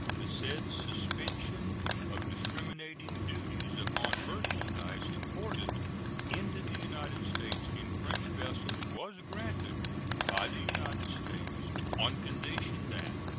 the said suspension of discriminating duties upon merchandise imported into the united states in french vessels was granted by the united states on condition that,